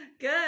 good